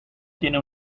tiene